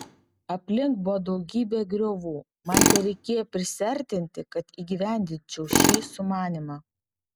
aplink buvo daugybė griovų man tereikėjo prisiartinti kad įgyvendinčiau šį sumanymą